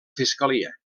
fiscalia